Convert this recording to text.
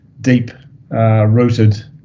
deep-rooted